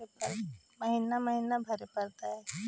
महिना महिना भरे परतैय?